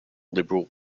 liberal